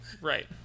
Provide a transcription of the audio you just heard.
right